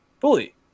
fully